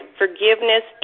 forgiveness